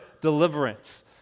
deliverance